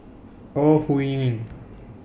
Ore Huiying